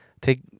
take